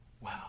Wow